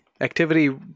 activity